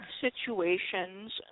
situations